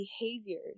behaviors